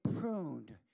pruned